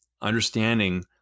understanding